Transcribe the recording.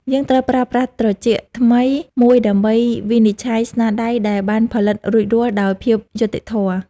យើងត្រូវប្រើប្រាស់ត្រចៀកថ្មីមួយដើម្បីវិនិច្ឆ័យស្នាដៃដែលបានផលិតរួចរាល់ដោយភាពយុត្តិធម៌។